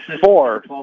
Four